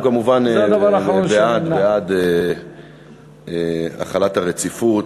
אנחנו כמובן בעד החלת הרציפות,